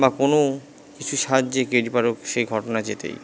বা কোনো কিছু সাহায্যে কে ডি পাঠক সেই ঘটনা জেতেই